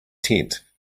tent